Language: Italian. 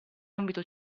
ambito